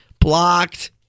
Blocked